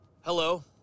Hello